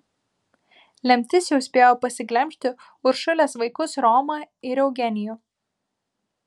lemtis jau spėjo pasiglemžti uršulės vaikus romą ir eugenijų